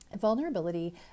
Vulnerability